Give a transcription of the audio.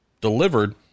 delivered